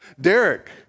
Derek